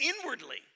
inwardly